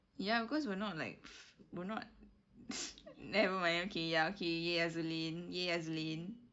ya because we're not like we're not nevermind okay ya okay !yay! azuleen !yay! azuleen